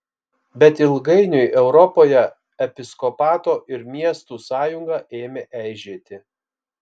bet ilgainiui europoje episkopato ir miestų sąjunga ėmė eižėti